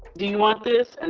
do you want this? and